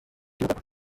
kibuga